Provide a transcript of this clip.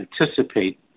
anticipate